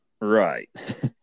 Right